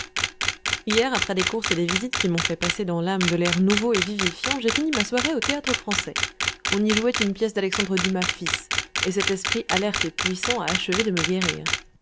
hier après des courses et des visites qui m'ont fait passer dans l'âme de l'air nouveau et vivifiant j'ai fini ma soirée au théâtre-français on y jouait une pièce d'alexandre dumas fils et cet esprit alerte et puissant a achevé de me guérir